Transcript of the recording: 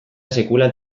sekula